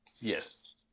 Yes